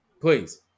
Please